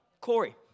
Corey